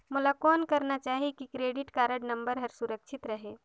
मोला कौन करना चाही की क्रेडिट कारड नम्बर हर सुरक्षित रहे?